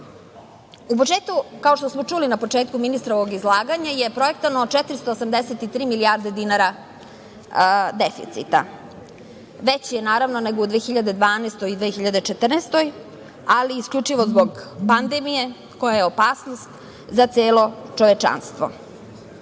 budžetu, kao što smo čuli na početku ministrovog izlaganja, je projektovano 483 milijarde dinara deficita. Veći je, naravno, nego u 2012. i 2014. godini, ali isključivo zbog pandemije, koja je opasnost za celo čovečanstvo. Vreme